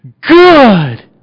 good